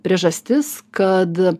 priežastis kad